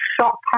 shock